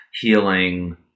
healing